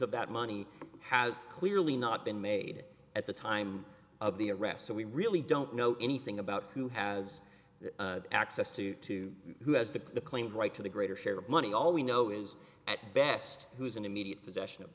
that money has clearly not been made at the time of the arrest so we really don't know anything about who has access to to who has the claimed right to the greater share of money all we know is at best who is an immediate possession of